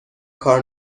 کار